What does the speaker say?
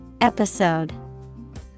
Episode